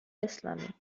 اسلامی